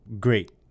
great